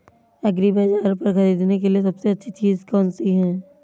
एग्रीबाज़ार पर खरीदने के लिए सबसे अच्छी चीज़ कौनसी है?